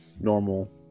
normal